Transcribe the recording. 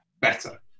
better